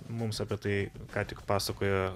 mums apie tai ką tik pasakojo